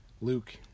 Luke